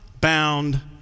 bound